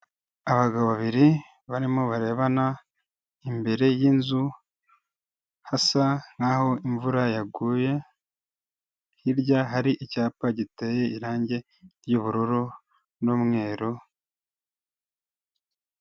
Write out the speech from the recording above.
Abagabo babiri barimo barebana, imbere y'inzu hasa nk'aho imvura yaguye, hirya hari icyapa giteye irange ry'ubururu n'umweru.